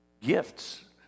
Gifts